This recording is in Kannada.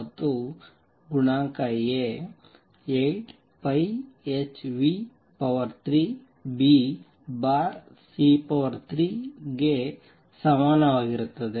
ಮತ್ತು ಗುಣಾಂಕ A 8πh3Bc3 ಗೆ ಸಮಾನವಾಗಿರುತ್ತದೆ